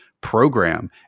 program